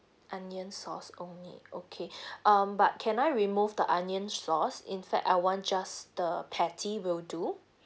onion sauce only okay um but can I remove the onion sauce in fact I want just the patty will do